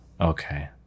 Okay